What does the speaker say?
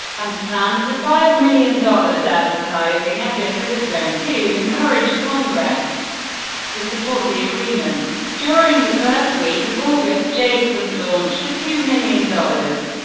and plans a five million dollars advertising effort of its own to encourage congress to support the agreement. during the first week of august, j street launched a two million dollars,